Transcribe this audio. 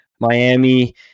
Miami